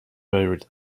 buried